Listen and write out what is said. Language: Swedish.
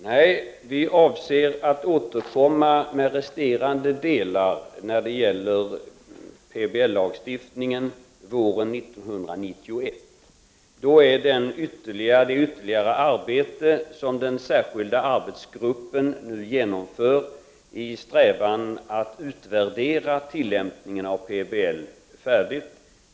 Herr talman! Nej, vi avser att återkomma med resterande delar när det gäller PBL våren 1991. Då är det ytterligare arbete som den särskilda arbetsgruppen nu genomför i strävan att utvärdera tillämpningen av PBL färdigt.